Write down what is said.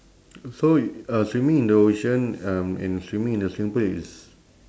so uh swimming in the ocean um and swimming in the swimming pool is